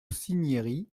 cinieri